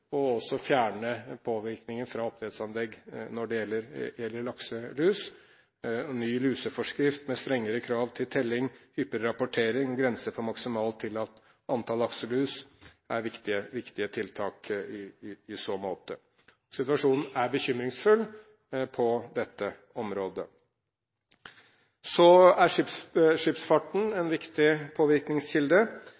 og også fjerne påvirkningen fra oppdrettsanlegg når det gjelder lakselus. Ny luseforskrift med strengere krav til telling, hyppigere rapportering og en grense for maksimalt tillatt antall lakselus er viktige tiltak i så måte. Situasjonen er bekymringsfull på dette området. Så er skipsfarten